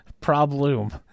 problem